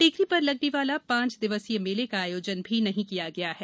टेकरी पर लगने वाला पांच दिवसीय मेले का आयोजन भी नहीं किया गया है